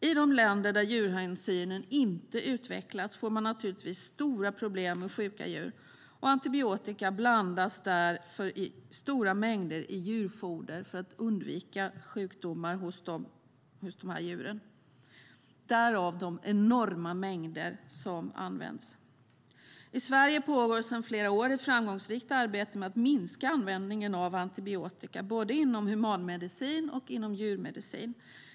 I de länder där djurhänsynen inte utvecklats får man naturligtvis stora problem med sjuka djur. Antibiotika blandas därför i stora mängder i djurfoder för att undvika sjukdomar hos djuren. I Sverige pågår sedan flera år ett framgångsrikt arbete med att minska användningen av antibiotika inom både humanmedicin och djurmedicin.